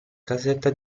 casetta